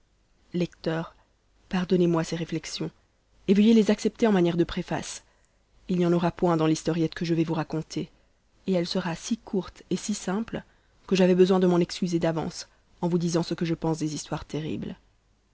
pardonnez-moi ces réflexions et veuillez les accepter en manière de préface il n'y en aura point dans l'historiette que je vais vous raconter et elle sera si courte et si simple que j'avais besoin de m'en excuser d'avance en vous disant ce que je pense des histoires terribles